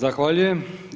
Zahvaljujem.